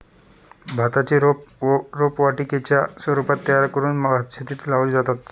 भाताचे रोप रोपवाटिकेच्या स्वरूपात तयार करून भातशेतीत लावले जाते